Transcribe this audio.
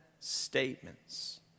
statements